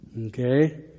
Okay